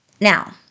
Now